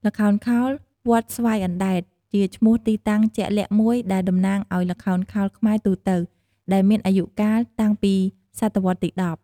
ល្ខោនខោល វត្តស្វាយអណ្ដែតជាឈ្មោះទីតាំងជាក់លាក់មួយដែលតំណាងឱ្យល្ខោនខោលខ្មែរទូទៅ ដែលមានអាយុកាលតាំងពីសតវត្សរ៍ទី១០។